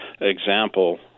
example